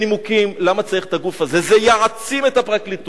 ונימוקים למה צריך את הגוף הזה: זה יעצים את הפרקליטות,